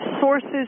sources